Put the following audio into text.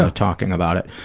ah talking about it.